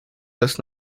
los